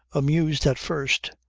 amused, at first,